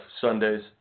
Sundays